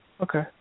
Okay